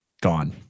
gone